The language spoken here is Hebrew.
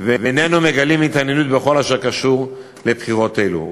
ואיננו מגלים התעניינות בכל אשר קשור לבחירות אלו.